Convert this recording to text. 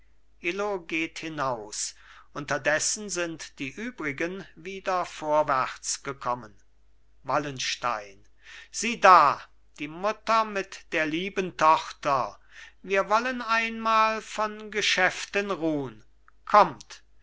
geht hinaus unterdessen sind die übrigen wieder vorwärtsgekommen wallenstein sieh da die mutter mit der lieben tochter wir wollen einmal von geschäften ruhn kommt